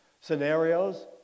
scenarios